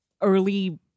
early